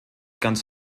ganz